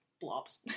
blobs